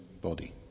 body